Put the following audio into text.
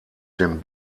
dem